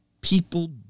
people